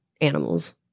animals